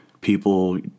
people